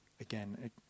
again